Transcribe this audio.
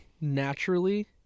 naturally